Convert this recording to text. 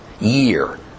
year